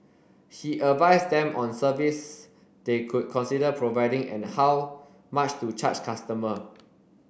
he advised them on service they could consider providing and how much to charge customer